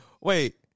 Wait